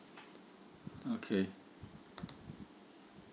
okay